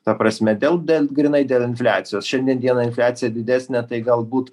ta prasme dėl bent grynai dėl infliacijos šiandien dieną infliacija didesnė tai galbūt